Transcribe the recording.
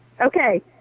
Okay